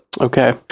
Okay